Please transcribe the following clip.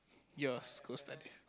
yours go study